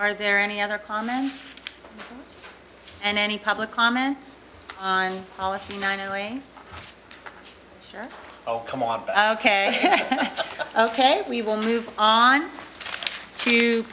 are there any other comments and any public comment on policy nine away oh come on ok ok we will move on to